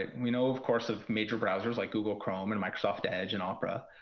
we know of course of major browsers like google chrome and microsoft edge and opera.